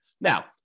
Now